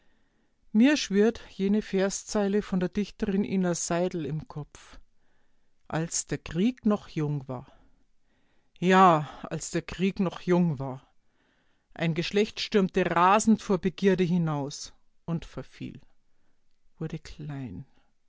mir schwirrt jene verszeile von der dichterin ina seidel im kopf als der krieg noch jung war ja als der krieg noch jung war ein geschlecht stürmte rasend vor begierde hinaus und verfiel wurde klein